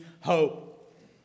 hope